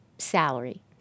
salary